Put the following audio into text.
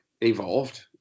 evolved